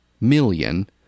million